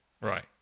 Right